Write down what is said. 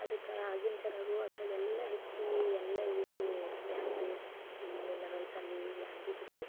ಅದ್ಕೆ ಆಗಿನ ಜನರು ಅದರಾಗೆಲ್ಲ ಹೆಚ್ಚಾಗಿ ಎಲ್ಲ ಇದು ಇದ್ದವು ಏನು ಭಿ ಮಿನರಲ್ಸಲ್ಲಿ ಏನು ಬಿದ್ದಿದ್ವು